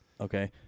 Okay